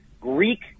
Greek